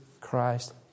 Christ